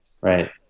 Right